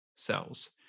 cells